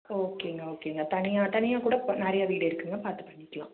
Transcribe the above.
ஓகேங்க ஓகேங்க தனியாக தனியாக கூட இப்போ நிறையா வீடு இருக்குதுங்க பார்த்து பண்ணிக்கலாம்